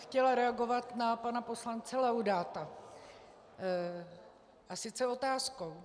Chtěla bych reagovat na pana poslance Laudáta, a sice otázkou.